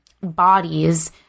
bodies